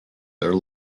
their